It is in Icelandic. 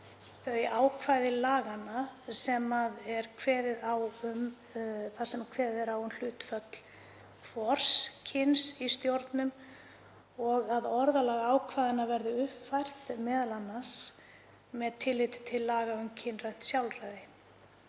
þau ákvæði laganna þar sem kveðið er á um hlutfall hvors kyns í stjórnum og að orðalag ákvæðanna verði uppfært, m.a. með tilliti til laga um kynrænt sjálfræði